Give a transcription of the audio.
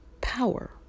power